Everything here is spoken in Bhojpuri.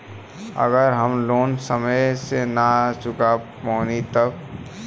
अगर हम लोन समय से ना चुका पैनी तब?